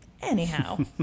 Anyhow